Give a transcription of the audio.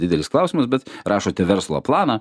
didelis klausimas bet rašote verslo planą